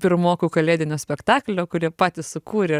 pirmokų kalėdinio spektaklio kur jie patys sukūrė